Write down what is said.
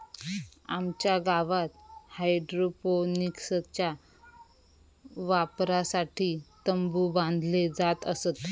आमच्या गावात हायड्रोपोनिक्सच्या वापरासाठी तंबु बांधले जात असत